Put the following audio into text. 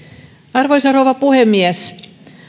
arvoisa rouva puhemies